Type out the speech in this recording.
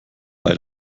bei